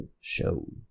show